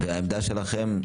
והעמדה שלכם?